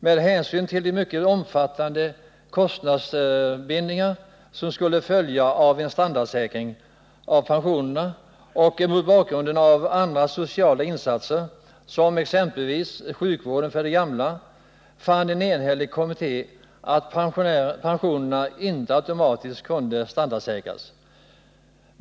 Med hänsyn till de mycket omfattande kostnadsbindningar som skulle följa av en standardsäkring av pensionerna och mot bakgrund av andra sociala insatser, exempelvis sjukvården för de gamla, fann en enhällig kommitté att pensionerna inte automatiskt kunde standardsäkras.